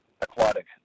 Aquatic